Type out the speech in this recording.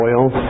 oil